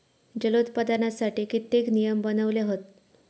जलोत्पादनासाठी कित्येक नियम बनवले हत